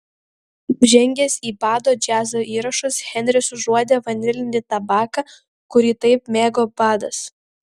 žengęs į bado džiazo įrašus henris užuodė vanilinį tabaką kurį taip mėgo badas